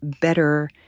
better